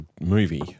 movie